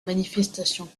manifestations